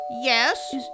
Yes